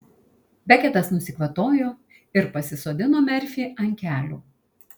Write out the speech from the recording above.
beketas nusikvatojo ir pasisodino merfį ant kelių